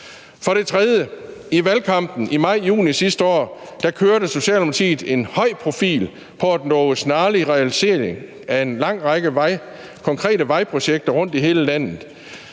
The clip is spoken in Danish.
i valgkampen i maj-juni sidste år en høj profil på at love snarlig realisering af en lang række konkrete vejprojekter rundt i hele landet.